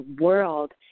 world